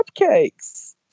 cupcakes